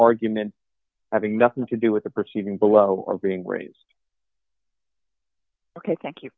argument having nothing to do with the proceeding below or being raised ok thank you